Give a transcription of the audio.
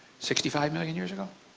sixty five million years ago.